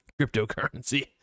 cryptocurrency